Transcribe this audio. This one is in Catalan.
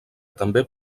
també